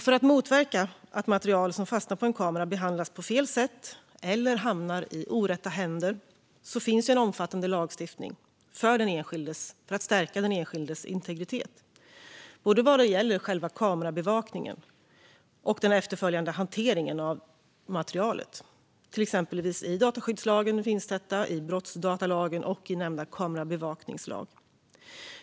För att motverka att material som fastnar i en kamera behandlas på fel sätt eller hamnar i orätta händer finns det en omfattande lagstiftning för den enskildes integritet. Det gäller både själva kamerabevakningen och den efterföljande hanteringen av materialet. Detta finns exempelvis i dataskyddslagen, i brottsdatalagen och i nämnda kamerabevakningslag.